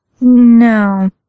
No